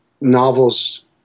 novels